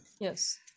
yes